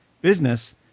business